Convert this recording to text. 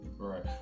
Right